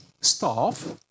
staff